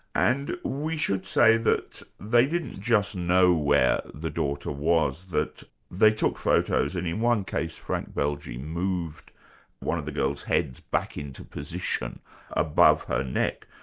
and we should say that they didn't just know where the daughter was, that they took photos and in one case frank belge moved one of the girl's heads back into position above her neck.